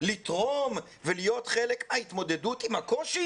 לתרום ולהיות חלק מההתמודדות עם הקושי?